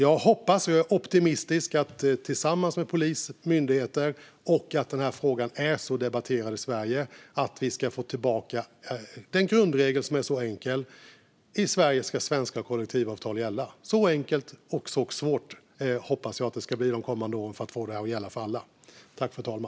Jag hoppas - och jag är optimistisk - att den här frågan är så debatterad i Sverige att vi tillsammans med polis och myndigheter ska få tillbaka den grundregel som är så enkel: I Sverige ska svenska kollektivavtal gälla. Så enkelt, och så svårt, hoppas jag att det ska bli de kommande åren för att få det här att gälla för alla.